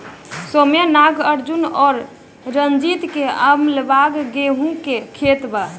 सौम्या नागार्जुन और रंजीत के अगलाबगल गेंहू के खेत बा